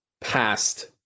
past